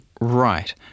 Right